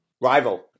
Rival